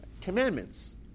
Commandments